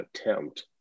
attempt